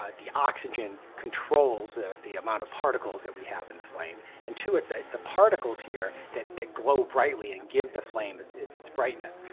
ah the oxygen controls the amount of particles that we have in the flame. and two, it's the it's the particles here that glow brightly and give the flame it's brightness.